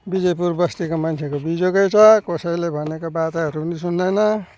विजयपुर बस्तीको मान्छेको बिजोकै छ कसैले भनेको बाचाहरू पनि सुन्दैन